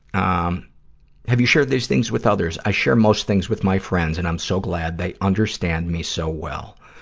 um have you shared these things with others? i share most things with my friends, and i'm so glad they understand me so well.